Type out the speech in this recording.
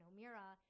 Omira